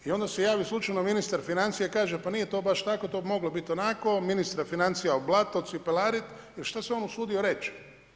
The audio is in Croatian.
I onda se javi slučaju ministar financija i kaže pa nije to baš tako to bi moglo biti onako, ministar financija o blato cipelarit i šta se on usudio reći.